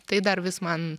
tai dar vis man